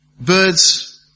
birds